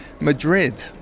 Madrid